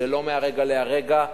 זה לא מרגע לרגע,